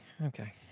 okay